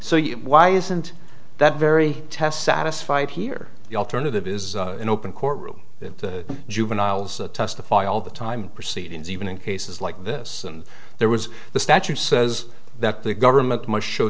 you why isn't that very test satisfied here the alternative is an open court room that the juveniles testify all the time proceedings even in cases like this and there was the statute says that the government must show